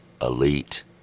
elite